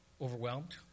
overwhelmed